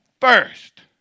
first